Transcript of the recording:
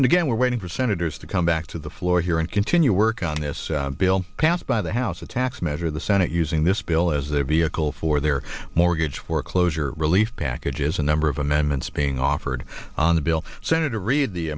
and again we're waiting for senators to come back to the floor here and continue work on this bill passed by the house a tax measure the senate using this bill as their vehicle for their mortgage foreclosure relief package is a number of amendments being offered on the bill senator reid the